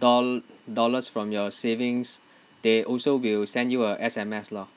dol~ dollars from your savings they also will send you a S_M_S lor